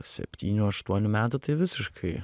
septynių aštuonių metų tai visiškai